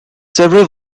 several